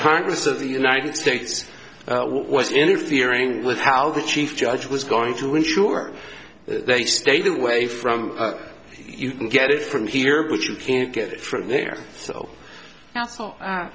congress of the united states was interfering with how the chief judge was going to ensure that they stayed away from you can get it from here but you can't get it from there so